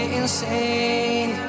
insane